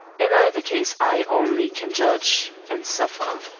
in either case i only can judge and suffer.